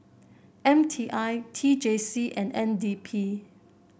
M T I T J C and N D P